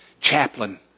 chaplain